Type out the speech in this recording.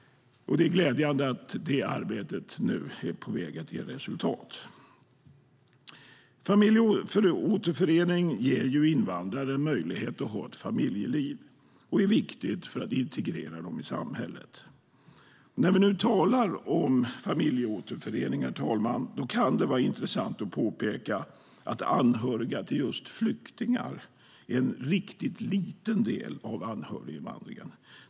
Det är glädjande att det arbetet nu är på väg att ge resultat. Familjeåterförening ger invandrare en möjlighet att ha ett familjeliv, och det är viktigt för att integrera dem i samhället. När vi nu talar om familjeåterförening, herr talman, kan det vara intressant att påpeka att anhöriga till just flyktingar är en riktigt liten del av anhöriginvandringen.